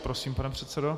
Prosím, pane předsedo.